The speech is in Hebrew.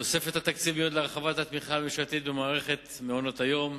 תוספת התקציב מיועדת להרחבת התמיכה הממשלתית במערכת מעונות-היום,